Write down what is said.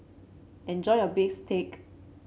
enjoy your bistake